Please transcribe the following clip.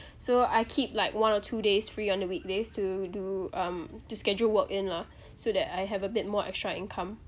so I keep like one or two days free on the weekdays to do um to schedule work in lah so that I have a bit more extra income